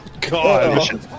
God